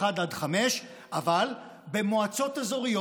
מאשכולות 1 עד 5. אבל במועצות אזוריות,